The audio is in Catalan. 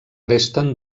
resten